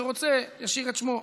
שצריך להקריא את השמות של כולם.